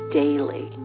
daily